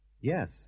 Yes